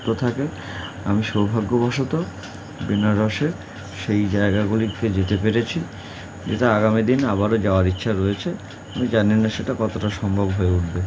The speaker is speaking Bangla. সুপ্ত থাকে আমি সৌভাগ্যবশত বেনারসের সেই জায়গাগুলিকে যেতে পেরেছি যেটা আগামী দিন আবারও যাওয়ার ইচ্ছা রয়েছে আমি জানি না সেটা কতটা সম্ভব হয়ে উঠবে